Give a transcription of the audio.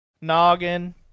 noggin